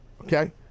okay